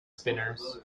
spinners